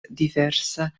diversa